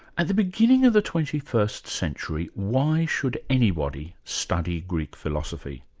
at the beginning of the twenty first century, why should anybody study greek philosophy?